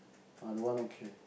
I don't want okay